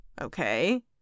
Okay